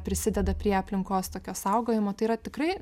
prisideda prie aplinkos tokio saugojimo tai yra tikrai